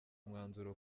umwanzuro